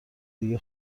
دیگه